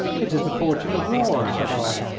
it is the fortune of war, said i.